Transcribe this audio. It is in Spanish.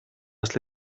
las